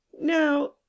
Now